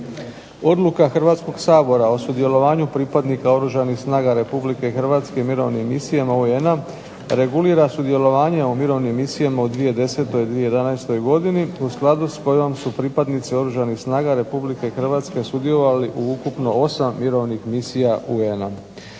Odluka Hrvatskog sabora o sudjelovanju pripadnika Oružanih snaga RH u mirovnim misijama UN-a regulira sudjelovanje u mirovnim misijama u 2010., 2011. godini u skladu s kojom su pripadnici Oružanih snaga RH sudjelovali u ukupno 8 mirovnih misija UN-a.